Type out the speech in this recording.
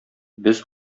без